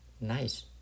nice